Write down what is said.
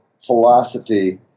philosophy